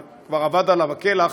אבל כבר אבד עליו כלח.